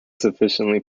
sufficiently